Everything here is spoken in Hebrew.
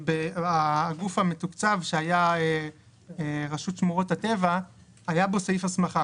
לגוף המתוקצב שהיה רשות שמורות הטבע היה סעיף הסמכה.